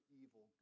evil